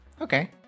Okay